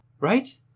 right